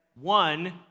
One